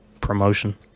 promotion